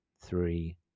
three